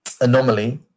anomaly